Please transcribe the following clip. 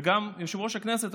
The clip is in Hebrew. וגם יושב-ראש הכנסת,